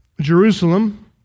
Jerusalem